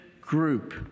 group